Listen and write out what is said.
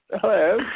Hello